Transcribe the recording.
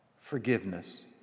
forgiveness